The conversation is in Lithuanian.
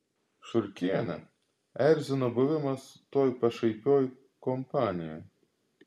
šurkienę erzino buvimas toj pašaipioj kompanijoj